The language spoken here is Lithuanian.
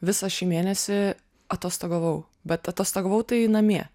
visą šį mėnesį atostogavau bet atostogavau tai namie